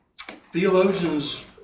Theologians